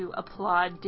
applaud